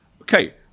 okay